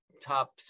top